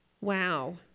wow